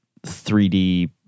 3D